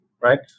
right